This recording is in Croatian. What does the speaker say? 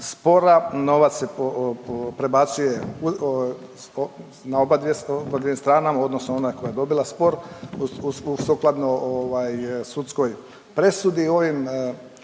spora novac se prebacuje na obadvje … strana odnosno ona koja je dobila spor sukladno sudskoj presudi.